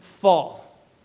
fall